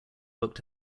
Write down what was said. looked